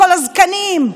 כל הזקָנים,